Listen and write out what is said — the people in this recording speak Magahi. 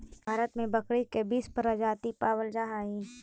भारत में बकरी के बीस प्रजाति पावल जा हइ